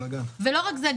לא רק זה,